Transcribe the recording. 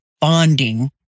bonding